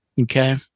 Okay